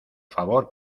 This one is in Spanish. favor